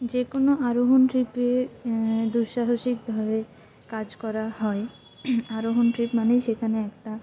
যে কোনো আরোহণ ট্রিপে দুঃসাহসিভাবে কাজ করা হয় আরোহণ ট্রিপ মানে সেখানে একটা